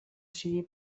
ciri